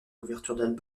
couvertures